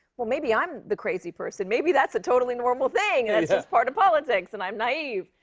well, maybe i'm the crazy person. maybe that's a totally normal thing, and that's just part of politics, and i'm naive.